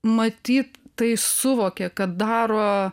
matyt tai suvokė kad daro